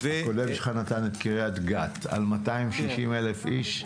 --- קולגה שלך נתן את קריית גת, על 260 אלף איש,